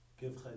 Give